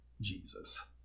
Jesus